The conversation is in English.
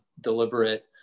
deliberate